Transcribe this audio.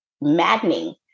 maddening